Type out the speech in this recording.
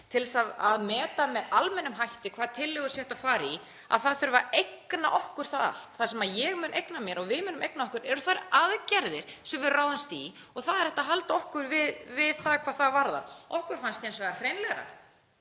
til þess að meta með almennum hætti hvaða tillögur sé hægt að fara í þurfi að eigna okkur það allt. Það sem ég mun eigna mér og við munum eigna okkur eru þær aðgerðir sem við ráðumst í og það er hægt að halda okkur við það hvað það varðar. Okkur fannst hins vegar hreinlegra